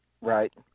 Right